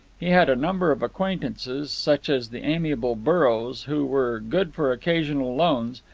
he had a number of acquaintances, such as the amiable burrows, who were good for occasional loans,